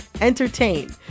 entertain